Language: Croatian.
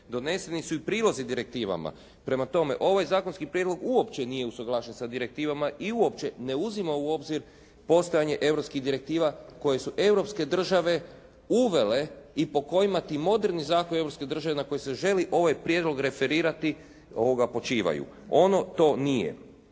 Doneseni su i prilozi direktivama. Prema tome ovaj zakonski prijedlog uopće nije usuglašen sa direktivama i uopće ne uzima u obzir postojanje europskih direktiva koje se europske države uvele i po kojima ti moderni zakoni europske države na koje se želi ovaj prijedlog referirati počivaju. Ono to nije.